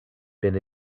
been